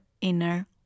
inner